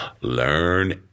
learn